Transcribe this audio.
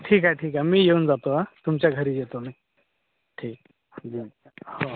ठीक आहे ठीक आहे मी येऊन जातो हां तुमच्या घरी येतो मी ठीक हो